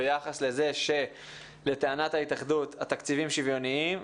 ביחס לזה שלטענת התאחדות התקציבים שוויוניים,